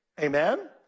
amen